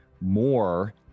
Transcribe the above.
more